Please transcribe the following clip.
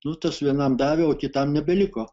nu tas vienam davė o kitam nebeliko